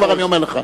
כבר אני אומר לך.